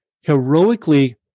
heroically